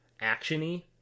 action-y